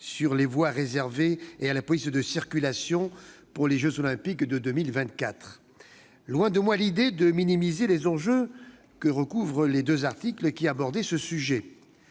sur les voies réservées et la police de circulation pour les jeux Olympiques de 2024. Loin de moi l'idée de minimiser les enjeux que recouvrent les deux articles qui abordent ce sujet,